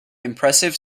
impressive